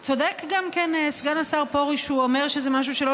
גם צודק סגן השר פרוש כשהוא אומר שזה משהו שלא